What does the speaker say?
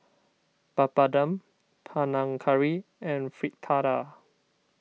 Papadum Panang Curry and Fritada